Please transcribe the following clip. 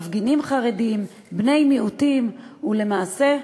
מפגינים חרדים, בני מיעוטים, ולמעשה,